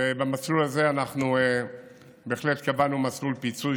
ובמסלול הזה בהחלט קבענו מסלול פיצוי,